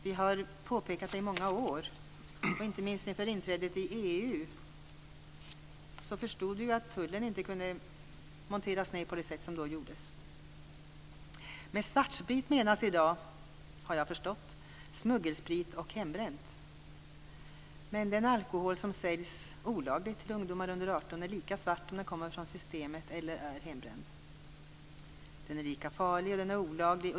Vi har påpekat det i många år, inte minst inför inträdet i EU förstod vi att tullen inte kunde monteras ned på det sätt som då gjordes. Med svartsprit menas i dag, har jag förstått, smuggelsprit och hembränt. Men den alkohol som säljs olagligt till ungdomar under 18 år är lika svart oavsett om den kommer från Systemet eller är hembränd. Den är lika farlig, och den är olaglig.